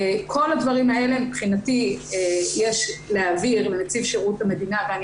כל הדברים האלה מבחינתי יש להעביר לנציב שירות המדינה ואני